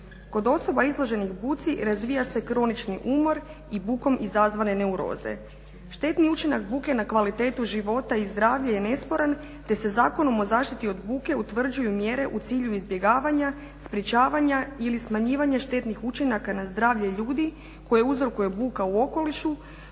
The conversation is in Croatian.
Kod osoba izloženih buci razvija se kronični umor i bukom izazvane neuroze. Štetni učinak buke na kvalitetu života i zdravlje je nesporan te se Zakonom o zaštiti buke utvrđuju mjere u cilju izbjegavanja, sprečavanja ili smanjivanja štetnih učinaka na zdravlje ljudi koje uzrokuje buka u okolišu